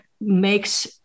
makes